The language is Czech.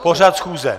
Pořad schůze.